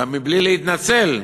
גם מבלי להתנצל,